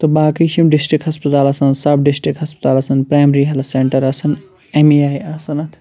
تہٕ باقٕے چھِ یِم ڈِسٹِرٛک ہسپتال آسان سَب ڈِسٹِرٛک ہَسپتال آسان پرٛایمری ہیٚلٕتھ سیٚنٹَر آسان أمے آیہِ آسان اَتھ